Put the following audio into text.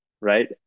right